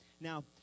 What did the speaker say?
Now